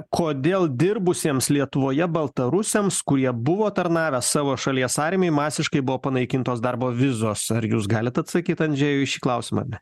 kodėl dirbusiems lietuvoje baltarusiams kurie buvo tarnavę savo šalies armijai masiškai buvo panaikintos darbo vizos ar jūs galit atsakyt andžėjui į šį klausimą ar ne